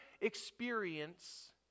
experience